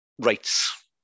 rights